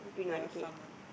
the farm ah